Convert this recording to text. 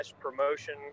promotion